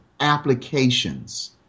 applications